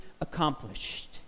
accomplished